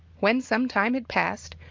when some time had passed,